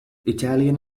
italian